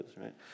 right